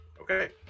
Okay